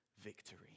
victory